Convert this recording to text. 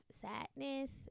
sadness